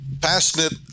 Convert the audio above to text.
passionate